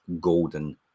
golden